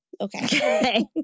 Okay